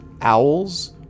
owls